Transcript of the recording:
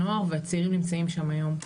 הנוער והצעירים נמצאים שם היום,